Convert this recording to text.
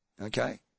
okay